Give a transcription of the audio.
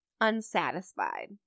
unsatisfied